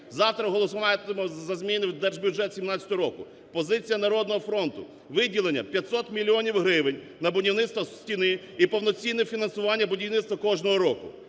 завтра голосуватимуть за зміни в держбюджет 2017 року, позиція "Народного фронту" виділення 500 мільйонів гривень на будівництво стіни і повноцінне фінансування будівництва кожного року.